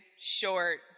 short